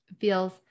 feels